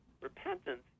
Repentance